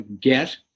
get